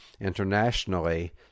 internationally